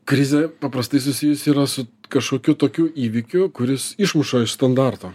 krizė paprastai susijus yra su kažkokiu tokiu įvykiu kuris išmuša iš standarto